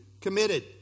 committed